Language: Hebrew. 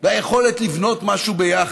והיכולת לבנות משהו ביחד.